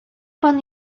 pan